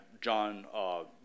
John